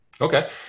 Okay